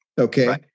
Okay